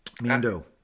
Mando